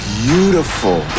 beautiful